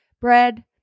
bread